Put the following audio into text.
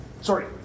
sorry